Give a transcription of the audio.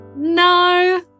No